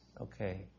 Okay